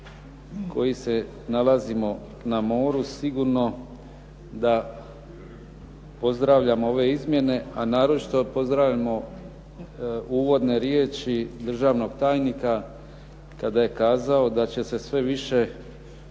koji se nalazimo na moru sigurno da pozdravljamo ove izmjene, a naročito pozdravljamo uvodne riječi državnog tajnika kada je kazao da će se sve više